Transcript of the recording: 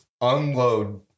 unload